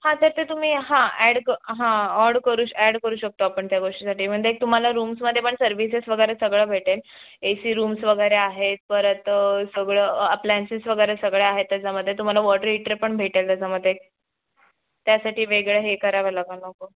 हां ते ते तुम्ही हां अॅड कं हां ऑड करू श् अॅड करू शकतो आपण त्या गोष्टीसाठी एक तुम्हाला रूम्समध्ये पण सर्विसेस वगैरे सगळं भेटेल ए सी रूम्स वगैरे आहेत परत सगळं अप्लायन्सेस वगैरे सगळ्या आहेत त्याच्यामध्ये तुम्हाला वॉटर ईटर पण भेटेल त्याच्यामध्ये त्यासाठी वेगळं हे करावं लागा नको